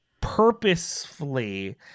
purposefully